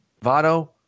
Votto